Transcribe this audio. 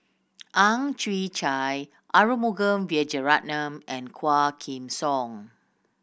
Ang Chwee Chai Arumugam Vijiaratnam and Quah Kim Song